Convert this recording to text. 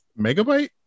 Megabyte